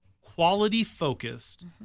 quality-focused